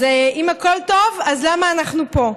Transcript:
אז אם הכול טוב, אז למה אנחנו פה?